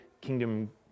kingdom